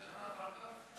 יש סדר.